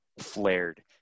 flared